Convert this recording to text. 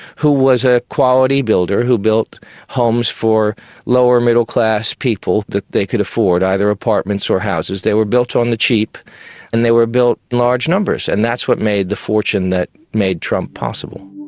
who was a quality builder who built homes for lower-middle-class people that they could afford, either apartments or houses. they were built on the cheap and they were built in large numbers, and that's what made the fortune that made trump possible.